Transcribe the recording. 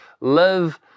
live